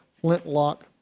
flintlock